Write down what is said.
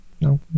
no